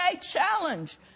challenge